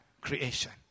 creation